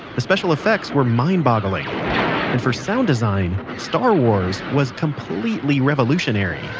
the special effects were mind boggling. and for sound design, star wars was completely revolutionary